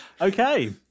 Okay